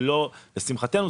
לשמחתנו,